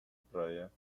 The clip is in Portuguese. praia